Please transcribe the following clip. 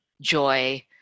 joy